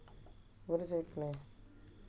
what does a plan